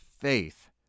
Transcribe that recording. faith